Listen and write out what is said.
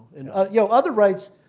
and you know other rights,